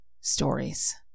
stories